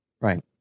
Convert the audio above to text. Right